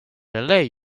人类